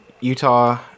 Utah